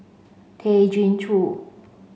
Tay Chin Joo